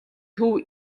төв